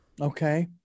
okay